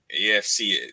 AFC